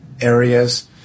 areas